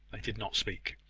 they did not speak.